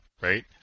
right